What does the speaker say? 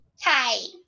hi